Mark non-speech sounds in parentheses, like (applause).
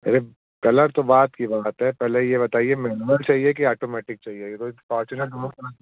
अरे कलर तो बाद की बात है पहले ये बताइए मैन्युअल चाहिए कि आटोमेटिक चाहिए ये कोई फोर्चुनर (unintelligible)